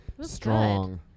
strong